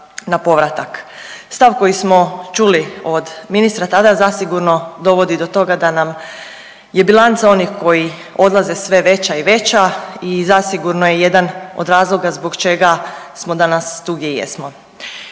na povratak. Stav koji smo čuli od ministra tada zasigurno dovodi do toga da nam je bilanca onih koji odlaze sve veća i veća i zasigurno je jedan od razloga zbog čega smo danas tu gdje jesmo.